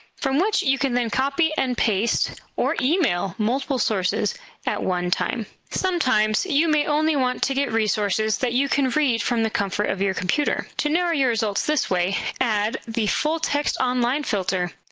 from which you can then copy and paste or email multiple sources at one time. sometimes, you may only want to get resources that you can from the comfort of your computer. to narrow your results this way, add the full text online filter.